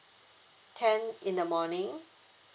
ten in the morning